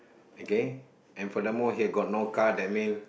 okay and furthermore here got no car that mean